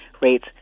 rates